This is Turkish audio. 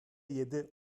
yedi